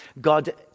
God